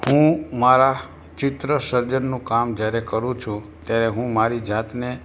હું મારા ચિત્ર સર્જનનું કામ જ્યારે કરું છું ત્યારે હું મારી જાતને